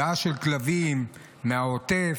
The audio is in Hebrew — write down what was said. הגעה של כלבים מהעוטף.